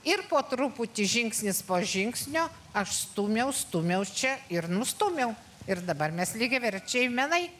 ir po truputį žingsnis po žingsnio aš stūmiau stūmiau čia ir nustūmiau ir dabar mes lygiaverčiai menai